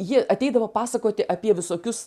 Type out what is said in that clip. ji ateidavo pasakoti apie visokius